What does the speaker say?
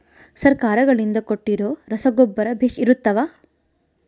ಸರ್ಕಾರಗಳಿಂದ ಕೊಟ್ಟಿರೊ ರಸಗೊಬ್ಬರ ಬೇಷ್ ಇರುತ್ತವಾ?